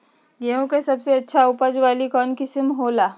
गेंहू के सबसे अच्छा उपज वाली कौन किस्म हो ला?